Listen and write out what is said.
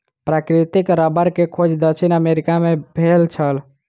प्राकृतिक रबड़ के खोज दक्षिण अमेरिका मे भेल छल